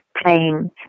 playing